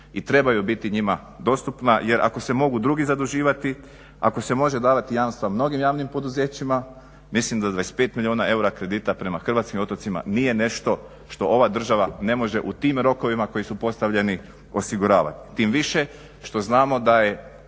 i trebaju biti njima dostupna jer ako se mogu drugi zaduživati, ako se može davati jamstva mnogim javnim poduzećima mislim da 25 milijuna eura kredita prema hrvatskim otocima nije nešto što ova država ne može u tim rokovima koji su postavljeni osigurava, tim više što znamo da je